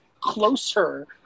closer